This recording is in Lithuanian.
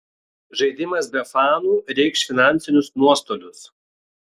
žaidimas be fanų reikš finansinius nuostolius